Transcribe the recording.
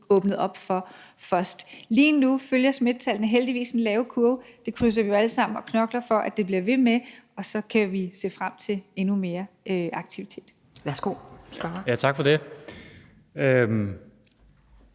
åbnet op for først. Lige nu følger smittetallene heldigvis den lave kurve, og det krydser vi jo alle sammen fingre for og knokler for at de bliver ved med, så vi kan se frem til endnu mere aktivitet. Kl. 17:37 Anden